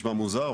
נשמע מוזר,